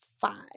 Five